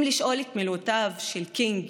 אם לשאול את מילותיו של קינג,